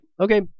okay